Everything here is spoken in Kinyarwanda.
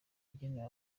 agenewe